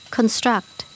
Construct